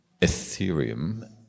Ethereum